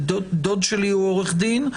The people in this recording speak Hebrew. כי דוד שלה עורך דין,